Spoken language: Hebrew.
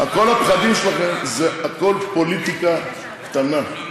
כל הפחדים שלכם זה הכול פוליטיקה קטנה,